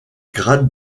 grade